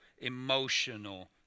emotional